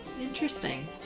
interesting